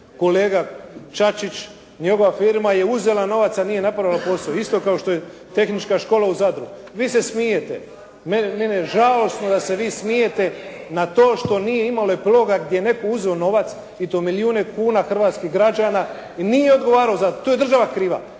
kolega Čačić, njegova firma je uzela novac, a nije napravila posao. Isto kao što je Tehnička škola u Zadru. Vi se smijete. Meni je žao što nam se vi smijete na to što nije imalo epiloga, gdje je netko uzeo novac i to milijune kuna hrvatskih građana i nije odgovarao. To je država kriva.